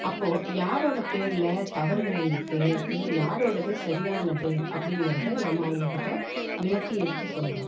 அப்போது யாரோடய பேரில் தவறுகள் இருக்குது இல்லை யாரோடது சரியானது அப்படிங்கிறத நம்ம அவங்கக்கிட்ட விளக்கி எடுத்து சொல்கிறோம்